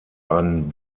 einen